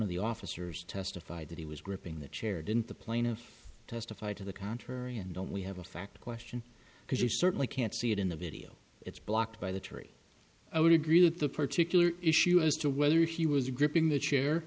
of the officers testified that he was gripping the chair didn't the plaintiff testified to the contrary and don't we have a fact question because you certainly can't see it in the video it's blocked by the tree i would agree that the particular issue as to whether she was gripping the chair